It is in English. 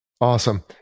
Awesome